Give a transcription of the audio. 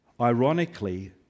ironically